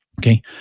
Okay